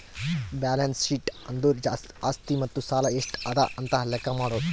balance sheet ಅಂದುರ್ ಆಸ್ತಿ ಮತ್ತ ಸಾಲ ಎಷ್ಟ ಅದಾ ಅಂತ್ ಲೆಕ್ಕಾ ಮಾಡದು